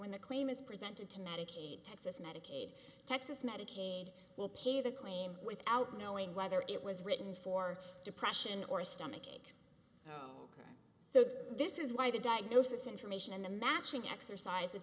when the claim is presented to medicaid texas medicaid texas medicaid will pay the claims without knowing whether it was written for depression or a stomach ache so this is why the diagnosis information and the matching exercise that